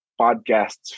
podcasts